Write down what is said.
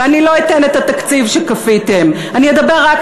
ואני לא אתן דוגמת התקציב שכפיתם,